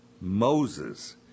moses